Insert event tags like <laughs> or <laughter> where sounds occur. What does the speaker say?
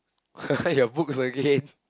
<laughs> your books again